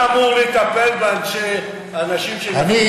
אתה אמור לטפל באנשים שנופלים